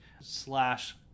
slash